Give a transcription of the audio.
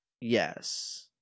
Yes